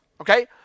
okay